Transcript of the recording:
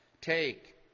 Take